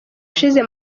ushize